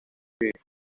the